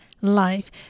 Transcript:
life